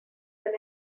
del